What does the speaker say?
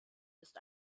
ist